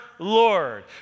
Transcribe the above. Lord